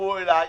יצטרפו אלי.